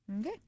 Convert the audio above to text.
Okay